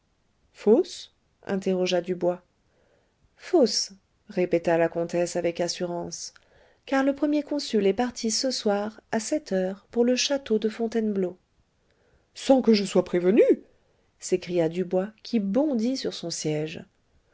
fausse interrogea dubois fausse répéta la comtesse avec assurance car le premier consul est parti ce soir à sept heures pour le château de fontainebleau sans que je sois prévenu s'écria dubois qui bondit sur son siège